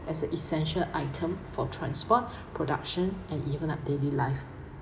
as a essential item for transport production and even at daily life